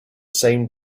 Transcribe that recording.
same